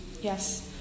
Yes